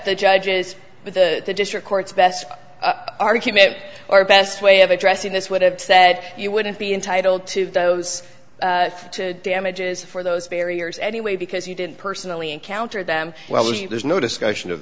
the judge is with the district courts best argument or best way of addressing this would have said you wouldn't be entitled to those damages for those barriers anyway because you didn't personally encounter them well if there's no discussion of